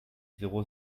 zéro